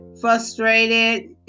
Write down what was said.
frustrated